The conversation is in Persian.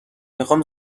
میخام